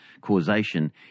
causation